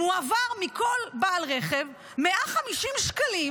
מועברים מכל בעל רכב 150 שקלים